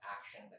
action